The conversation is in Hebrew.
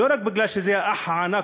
לא רק בגלל שזה האח הענק,